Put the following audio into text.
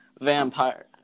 vampire